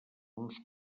uns